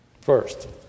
First